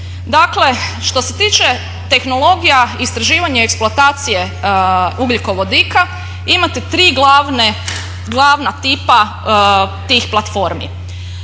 Dakle, što se tiče tehnologija istraživanja i eksploatacije ugljikovodika imate 3 glavna tipa tih platformi.